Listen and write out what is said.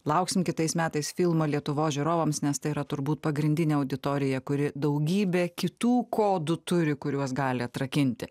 lauksim kitais metais filmo lietuvos žiūrovams nes tai yra turbūt pagrindinė auditorija kuri daugybę kitų kodų turi kuriuos gali atrakinti